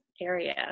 area